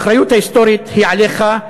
האחריות ההיסטורית היא עליך.